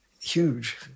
huge